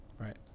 Right